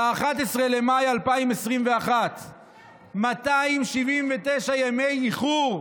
ב-11 במאי 2021. 279 ימי איחור,